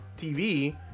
TV